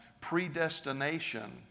predestination